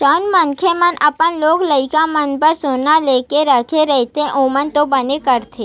जउन मनखे मन अपन लोग लइका मन बर सोना लेके रखे रहिथे ओमन तो बने करथे